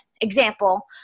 example